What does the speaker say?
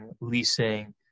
leasing